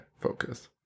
focus